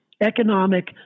economic